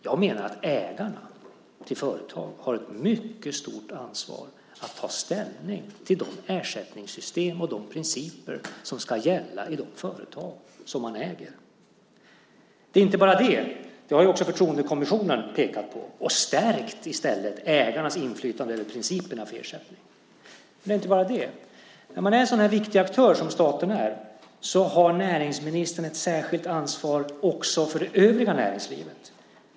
Jag menar att ägarna till företag har ett mycket stort ansvar för att ta ställning till de ersättningssystem och de principer som ska gälla i de företag som man äger. Det är inte bara det. Det har ju också förtroendekommissionen pekat på och i stället stärkt ägarnas inflytande över principerna för ersättning. Men det är inte bara det. När man är en sådan viktig aktör som staten är har näringsministern ett särskilt ansvar också för det övriga näringslivet.